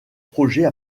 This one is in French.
projets